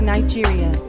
Nigeria